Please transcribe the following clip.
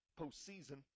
postseason